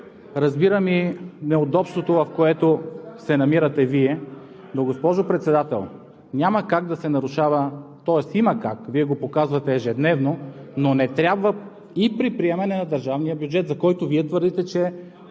Разбирам и неудобството, в което се намирате Вие. Но, госпожо Председател, няма как да се нарушава… Тоест има как, Вие го показвате ежедневно, но не трябва и при приемане на държавния бюджет, за който Вие твърдите, че е